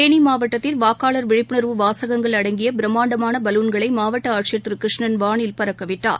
தேனி மாவட்டத்தில் வாக்காளர் விழிப்புணர்வு வாசகங்கள் அடங்கிய பிரம்மாண்ட பலூன்களை மாவட்ட ஆட்சியர் திரு கிருஷ்ணன் வானில் பறக்கவிட்டார்